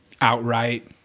outright